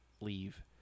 leave